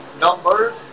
number